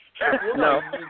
no